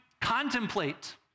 contemplate